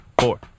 four